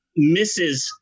Mrs